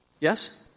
Yes